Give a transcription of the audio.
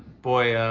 boy,